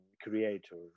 creator